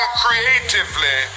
creatively